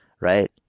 right